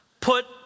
put